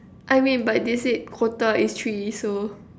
I mean but they said quota is three so